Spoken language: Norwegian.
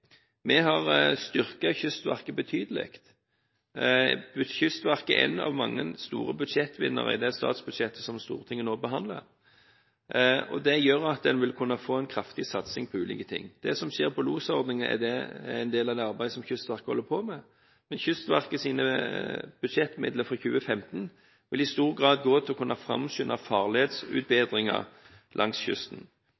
Vi har styrket Kystverket betydelig. Kystverket er en av mange store budsjettvinnere i det statsbudsjettet som Stortinget nå behandler. Det gjør at en vil kunne få en kraftig satsing på ulike ting. Det som skjer på losordningen, er en del av det arbeidet som Kystverket holder på med, men Kystverkets budsjettmidler for 2015 vil i stor grad gå til å kunne framskynde